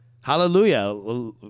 hallelujah